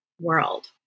world